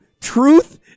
truth